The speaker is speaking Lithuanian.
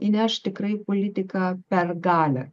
įneš tikrai politiką per galią